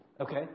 Okay